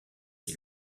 qui